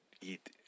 eat